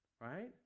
Right